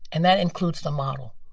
and that includes the model.